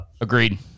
Agreed